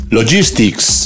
Logistics